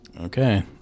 Okay